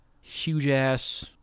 huge-ass